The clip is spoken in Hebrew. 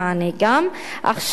עכשיו,